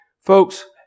Folks